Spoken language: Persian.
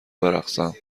برقصم